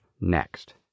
next